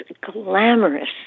glamorous